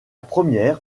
première